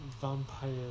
vampire